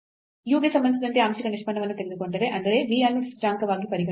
u ಗೆ ಸಂಬಂಧಿಸಿದಂತೆ ಆಂಶಿಕ ನಿಷ್ಪನ್ನವನ್ನು ತೆಗೆದುಕೊಂಡರೆ ಅಂದರೆv ಅನ್ನು ಸ್ಥಿರಾಂಕವಾಗಿ ಪರಿಗಣಿಸಿ